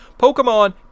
Pokemon